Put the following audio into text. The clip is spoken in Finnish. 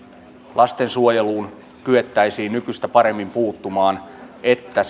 lastensuojeluun kyettäisiin nykyistä paremmin puuttumaan että